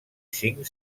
cinc